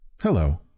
Hello